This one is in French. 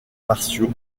martiaux